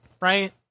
Right